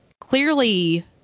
clearly